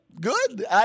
Good